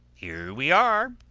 here we are,